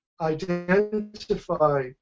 identify